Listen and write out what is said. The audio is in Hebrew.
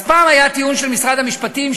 אז פעם היה הטיעון של משרד המשפטים,